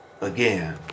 again